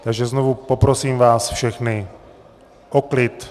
Takže znovu, poprosím vás všechny o klid.